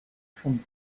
from